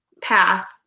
path